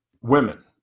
women